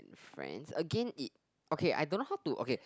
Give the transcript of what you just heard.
friends again it okay I don't know how to okay